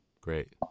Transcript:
Great